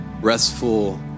restful